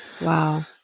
Wow